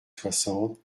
soixante